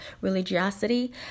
religiosity